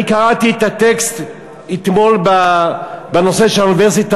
אני קראתי את הטקסט אתמול בנושא של האוניברסיטה